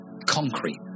concrete